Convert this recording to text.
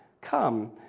Come